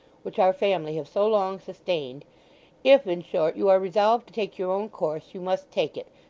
which our family have so long sustained if, in short, you are resolved to take your own course, you must take it,